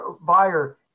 buyer –